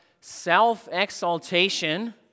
self-exaltation